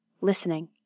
listening